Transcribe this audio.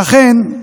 אכן,